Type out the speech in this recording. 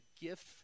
gift